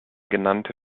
genannte